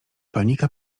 panika